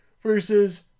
versus